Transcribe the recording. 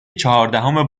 چهاردهم